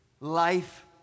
life